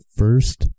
first